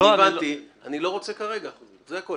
אני הבנתי, אני לא רוצה כרגע, זה הכול.